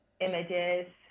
images